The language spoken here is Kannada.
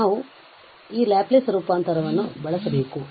ನಾವು ಮಾಡುತ್ತೇವೆ ಮತ್ತೆ ಈ ಲ್ಯಾಪ್ಲೇಸ್ ರೂಪಾಂತರವನ್ನು ಬಳಸಬೇಕು